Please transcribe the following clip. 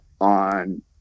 on